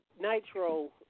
Nitro